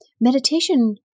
Meditation